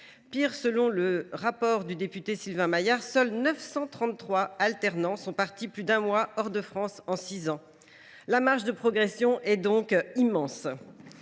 Pis, selon le rapport de notre collègue député Sylvain Maillard, seuls 933 alternants sont partis plus d’un mois hors de France en six ans ; la marge de progression est donc immense.